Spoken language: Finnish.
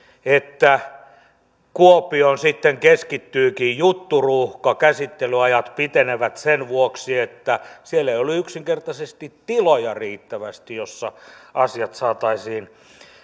että kuopioon sitten keskittyykin jutturuuhka käsittelyajat pitenevät sen vuoksi että siellä ei ole ole yksinkertaisesti riittävästi tiloja joissa asiat saataisiin